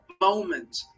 moment